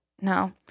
No